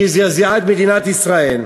שזעזע את מדינת ישראל,